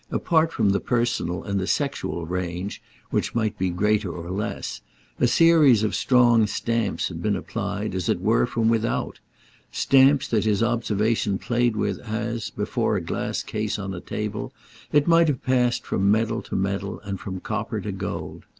apart from the personal and the sexual range which might be greater or less a series of strong stamps had been applied, as it were, from without stamps that his observation played with as, before a glass case on a table it might have passed from medal to medal and from copper to gold.